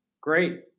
great